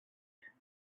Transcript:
there